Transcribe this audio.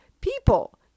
People